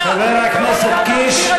חבר הכנסת קיש,